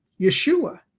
Yeshua